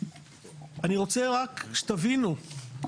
אני רוצה רק שתבינו,